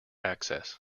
access